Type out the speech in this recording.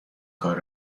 کار